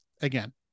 again